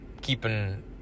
keeping